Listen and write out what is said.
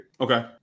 Okay